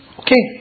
okay